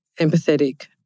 empathetic